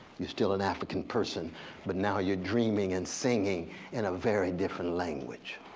you're still an african person but now you're dreaming and singing in a very different language.